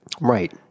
Right